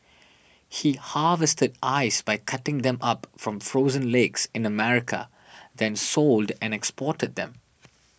he harvested ice by cutting them up from frozen lakes in America then sold and exported them